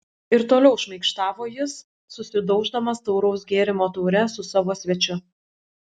ir toliau šmaikštavo jis susidauždamas tauraus gėrimo taure su savo svečiu